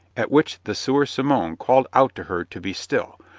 at which the sieur simon called out to her to be still,